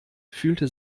fühlte